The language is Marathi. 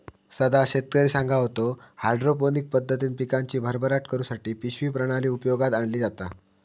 सदा शेतकरी सांगा होतो, हायड्रोपोनिक पद्धतीन पिकांची भरभराट करुसाठी पिशवी प्रणाली उपयोगात आणली जाता